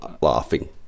laughing